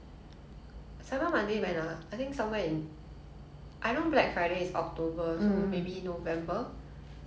ha but that's quite long ago~ long~ now we're only we're starting september soon september october